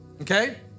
okay